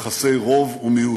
יחסי רוב ומיעוט.